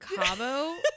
Cabo